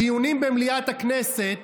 בדיונים במליאת הכנסת